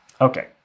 Okay